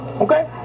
okay